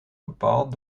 bepaald